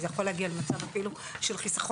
זה יכול להגיע למצב אפילו של חיסכון